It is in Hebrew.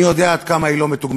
אני יודע עד כמה היא לא מתוגמלת,